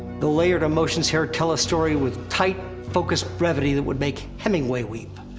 the layered emotions here tell a story with tight, focused brevity that would make hemingway weep.